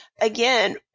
again